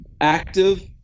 active